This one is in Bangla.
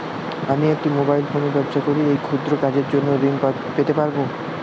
আমি একটি মোবাইল ফোনে ব্যবসা করি এই ক্ষুদ্র কাজের জন্য ঋণ পেতে পারব?